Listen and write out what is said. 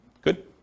Good